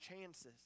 chances